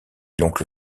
l’oncle